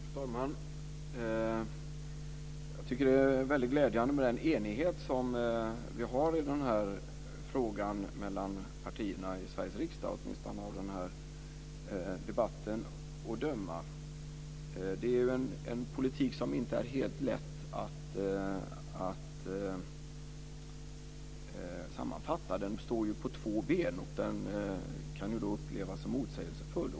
Fru talman! Jag tycker att det är väldigt glädjande med den enighet som vi har i den här frågan bland partierna här i Sveriges riksdag, åtminstone av den här debatten att döma. Det är en politik som inte är helt lätt att sammanfatta. Den står ju på två ben och kan upplevas som motsägelsefull.